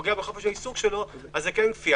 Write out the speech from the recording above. פוגע בחופש העיסוק שלו - זה כן כפייה.